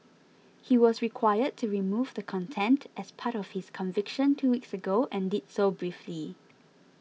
he was required to remove the content as part of his conviction two weeks ago and did so briefly